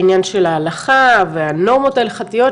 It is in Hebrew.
העניין של ההלכה והנורמות ההלכתיות,